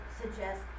suggest